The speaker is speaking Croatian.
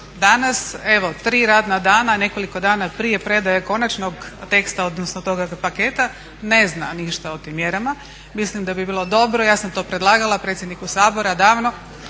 danas evo tri radna dana, nekoliko dana prije predaje konačnog teksta, odnosno toga paketa ne zna ništa o tim mjerama, mislim da bi bilo dobro, ja sam to predlagala predsjedniku Sabora davno